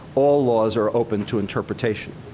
all laws are open to interpretation.